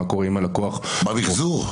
במחזור.